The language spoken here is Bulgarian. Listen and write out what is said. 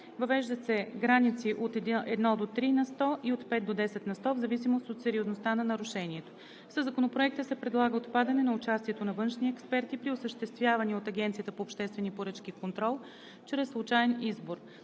Въвеждат се граници от 1 до 3 на сто и от 5 до 10 на сто в зависимост от сериозността на нарушението. Със Законопроекта се предлага отпадане на участието на външни експерти при осъществявания от Агенцията по обществени поръчки контрол чрез случаен избор.